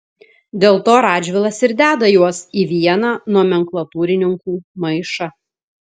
dėl to radžvilas ir deda juos į vieną nomenklatūrininkų maišą